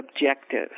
objective